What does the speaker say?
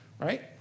right